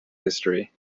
history